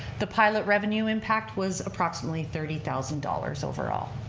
the pilot revenue impact was approximately thirty thousand dollars overall.